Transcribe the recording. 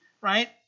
Right